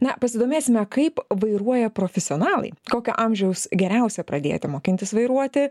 na pasidomėsime kaip vairuoja profesionalai kokio amžiaus geriausia pradėti mokintis vairuoti